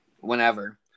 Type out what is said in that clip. whenever